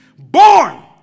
Born